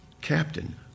captain